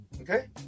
Okay